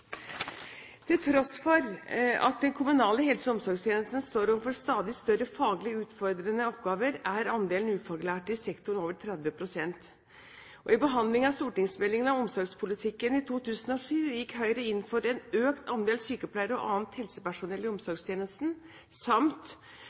Til tross for at den kommunale helse- og omsorgstjenesten står overfor stadig større faglig utfordrende oppgaver, er andelen ufaglærte i sektoren over 30 pst. Ved behandlingen av stortingsmeldingen om omsorgspolitikken i 2007 gikk Høyre inn for en økt andel sykepleiere og annet helsepersonell i